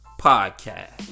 Podcast